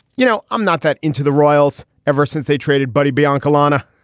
you know, i'm not that into the royals ever since they traded buddy b on carlina.